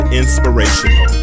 inspirational